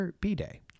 B-Day